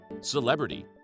Celebrity